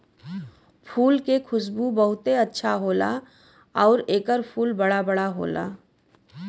फूल के खुशबू बहुते अच्छा होला आउर एकर फूल बड़ा बड़ा होला